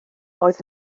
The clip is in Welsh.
oedd